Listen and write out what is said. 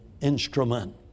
instrument